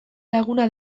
laguna